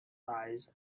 arise